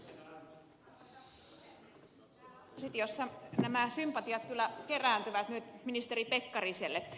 täällä oppositiossa nämä sympatiat kyllä kerääntyvät nyt ministeri pekkariselle